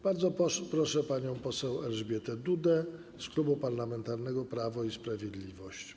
Bardzo proszę panią poseł Elżbietę Dudę z Klubu Parlamentarnego Prawo i Sprawiedliwość.